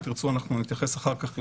אם תרצו אנחנו נתייחס אחר כך יותר,